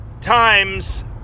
times